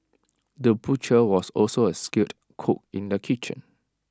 the butcher was also A skilled cook in the kitchen